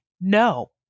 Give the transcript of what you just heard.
no